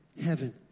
heaven